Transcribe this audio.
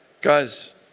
Guys